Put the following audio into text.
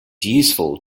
useful